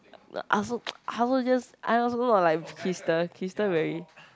I also I also just I also look like Crystal Crystal very